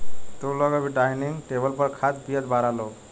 तू लोग अब डाइनिंग टेबल पर खात पियत बारा लोग